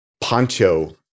poncho